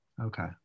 okay